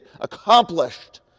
accomplished